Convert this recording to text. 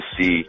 see